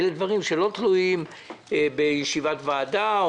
אלה דברים שלא תלויים בישיבת ועדה,